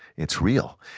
it's real,